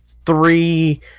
three